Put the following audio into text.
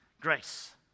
Grace